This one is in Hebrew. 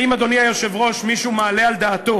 האם, אדוני היושב-ראש, מישהו מעלה על דעתו